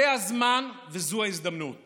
זה הזמן וזו ההזדמנות